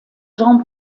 jean